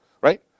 Right